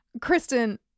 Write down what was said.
Kristen